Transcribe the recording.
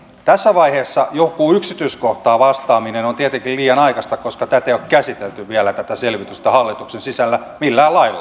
tässä vaiheessa johonkin yksityiskohtaan vastaaminen on tietenkin liian aikaista koska tätä selvitystä ei ole käsitelty vielä hallituksen sisällä millään lailla